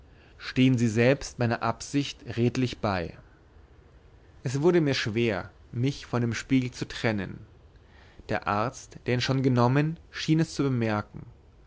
stehen sie selbst meiner absicht redlich bei es wurde mir schwer mich von dem spiegel zu trennen der arzt der ihn schon genommen schien es zu bemerken